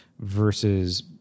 versus